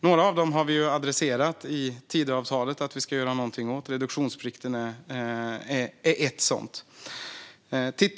Några av dem har vi adresserat i Tidöavtalet. Vi ska göra någonting åt dem. Reduktionsplikten är ett sådant beslut.